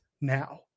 now